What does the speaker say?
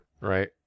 Right